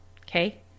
okay